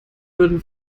würden